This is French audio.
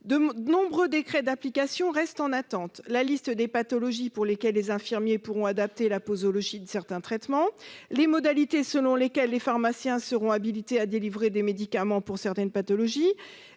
De nombreux décrets d'application restent en attente : la liste des pathologies pour lesquelles les infirmiers pourront adapter la posologie de certains traitements, les modalités selon lesquelles les pharmaciens seront habilités à délivrer des médicaments pour certaines pathologies,